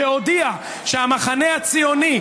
שהודיע שהמחנה הציוני,